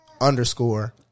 underscore